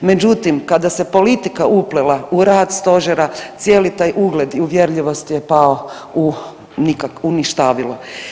Međutim, kada se politika uplela u rad stožera cijeli taj ugled i uvjerljivost je pao u nikakvo, u ništavilo.